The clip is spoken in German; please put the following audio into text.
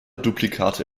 duplikate